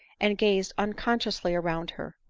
and gazed unconsciously around her.